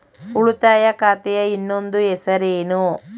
ಉಳಿತಾಯ ಖಾತೆಯ ಇನ್ನೊಂದು ಹೆಸರೇನು?